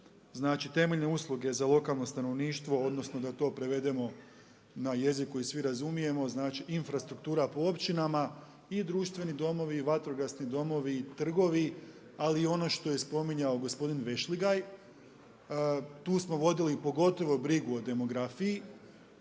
znači temeljne usluge za lokalno stanovništvo odnosno da to prevedemo na jeziku koji svi razumijemo, znači infrastruktura po općinama i društveni domovi i vatrogasni domovi i trgovi ali i ono što je spominjao gospodin Vešligaj, tu smo vodili pogotovo brigu o demografiji